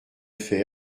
fais